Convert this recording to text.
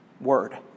word